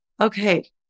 okay